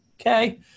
okay